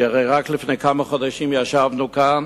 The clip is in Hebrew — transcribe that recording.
כי הרי רק לפני כמה חודשים ישבנו כאן